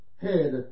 head